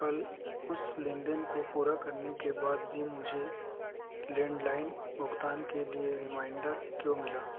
कल उस लेन देन को पूरा करने के बाद भी मुझे लैंडलाइन भुगतान के लिए रिमाइंडर क्यों मिला